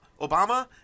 Obama